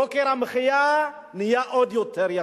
יוקר המחיה גדל עוד יותר.